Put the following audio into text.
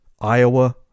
Iowa